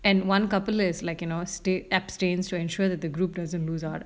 and one couple is like you know stay abstain to ensure that the group doesn't lose out